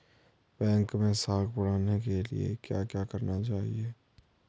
Bank मैं साख बढ़ाने के लिए क्या क्या करना चाहिए?